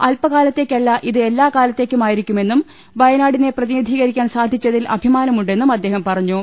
അല്പകാലത്തേക്കല്ല ഇത് എല്ലാ കാലത്തേക്കുമായിരിക്കുമെന്നും വയനാടിനെ പ്രതിനിധീകരിക്കാൻ സാധിച്ചതിൽ അഭിമാനമുണ്ടെന്നും അദ്ദേഹം പറഞ്ഞു